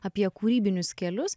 apie kūrybinius kelius